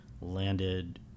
landed